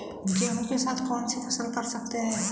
गेहूँ के साथ कौनसी फसल कर सकते हैं?